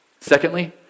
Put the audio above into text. Secondly